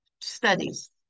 studies